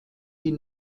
die